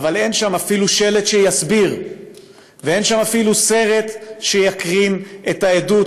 אבל אין שם אפילו שלט שיסביר ואין שם אפילו סרט שיקרין את העדות